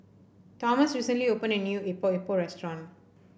Tomas recently opened a new Epok Epok restaurant